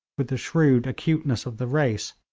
with the shrewd acuteness of the race,